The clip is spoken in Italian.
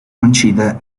coincide